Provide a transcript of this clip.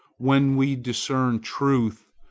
when we discern truth,